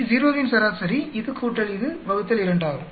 Bo வின் சராசரி இது கூட்டல் இது வகுத்தல் 2 ஆகும்